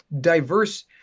diverse